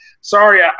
sorry